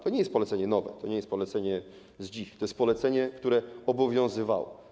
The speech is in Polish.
To nie jest polecenie nowe, nie jest to polecenie z dziś, to jest polecenie, które obowiązywało.